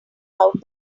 out